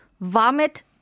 vomit